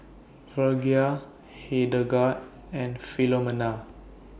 Virgia Hildegard and Filomena